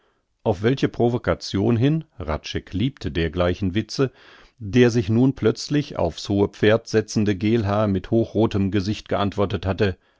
auf welche provokation hin hradscheck liebte dergleichen witze der sich nun plötzlich aufs hohe pferd setzende geelhaar mit hochrothem gesicht geantwortet hatte